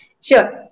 Sure